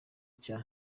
cya